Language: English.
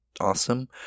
awesome